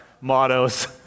mottos